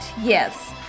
Yes